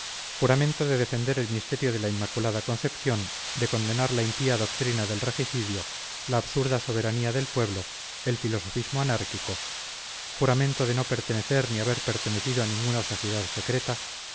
juramento de defender el misterio de la inmaculada concepción de condenar la impía doctrina del regicidio la absurda soberanía del pueblo el filosofismo anárquico juramento de no pertenecer ni haber pertenecido a ninguna sociedad secreta